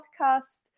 podcast